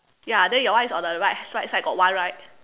ya then your one is on the right side got one right